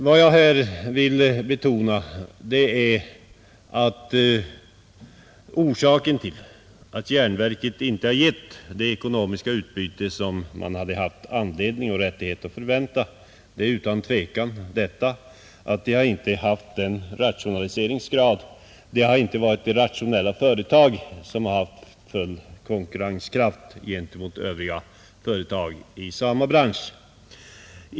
Vad jag här vill betona är att orsaken till att järnverket inte givit det ekonomiska utbyte som man hade haft anledning och rätt att förvänta, utan tvivel är att det inte varit ett rationellt företag som haft full konkurrenskraft gentemot övriga företag i samma bransch.